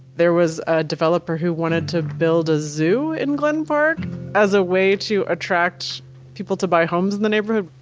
there was a developer who wanted to build a zoo in glen park as a way to attract people to buy homes in the neighborhood.